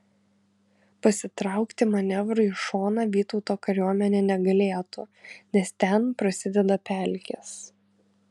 pasitraukti manevrui į šoną vytauto kariuomenė negalėtų nes ten prasideda pelkės